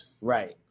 right